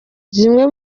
zimwe